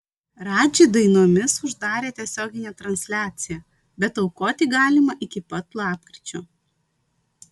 radži dainomis uždarė tiesioginę transliaciją bet aukoti galima iki pat lapkričio